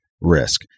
risk